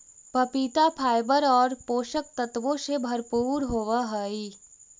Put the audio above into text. पपीता फाइबर और पोषक तत्वों से भरपूर होवअ हई